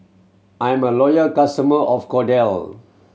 I'm a loyal customer of Kordel